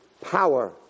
power